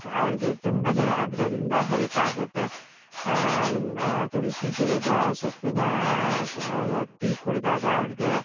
ಅವ್ರಿಗೆ ತುಂಬನೇ ಅದರಿಂದ ಹೆಲ್ಪಾಗುತ್ತೆ ತುಳಸಿ ಗಿಡದ ಸೊಪ್ಪಿನ ಕ ಟೀ ಕುಡಿದಾಗ ಅವ್ರಿಗೆ